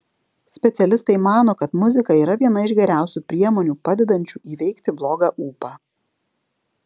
specialistai mano kad muzika yra viena iš geriausių priemonių padedančių įveikti blogą ūpą